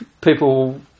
people